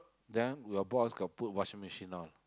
then your boss got put washing machine all